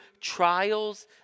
trials